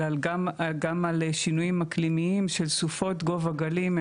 אלא גם על שינויים אקלימיים של סופות גובה גלים,